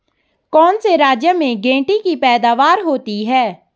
कौन से राज्य में गेंठी की पैदावार होती है?